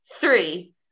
three